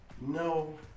No